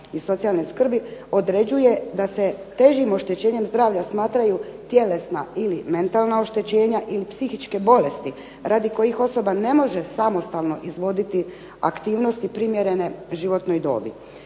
i socijalne skrbi određuje da se težim oštećenjem zdravlja smatraju tjelesna ili mentalna oštećenja ili psihičke bolesti radi koje osoba ne može samostalno izvoditi aktivnosti primjerene životnoj dobi.